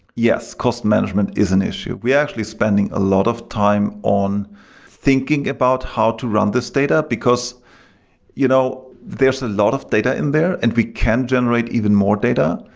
yes, cost management is an issue. we're actually spending a lot of time on thinking about how to run this data, because you know there's a lot of data in there, and we can generate even more data.